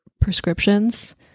prescriptions